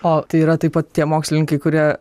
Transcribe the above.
o tai yra taip pat tie mokslininkai kurie